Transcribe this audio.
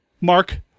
Mark